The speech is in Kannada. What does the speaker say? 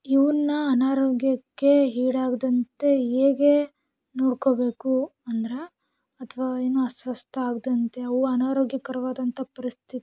ಇವನ್ನ ಅನಾರೋಗ್ಯಕ್ಕೆ ಈಡಾಗದಂತೆ ಹೇಗೆ ನೋಡ್ಕೋಬೇಕು ಅಂದರೆ ಅಥವಾ ಏನು ಅಸ್ವಸ್ಥ ಆಗದಂತೆ ಅವು ಅನಾರೋಗ್ಯಕರವಾದಂಥ ಪರಿಸ್ಥಿತಿ